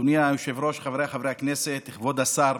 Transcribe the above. אדוני היושב-ראש, חבריי חברי הכנסת, כבוד השר,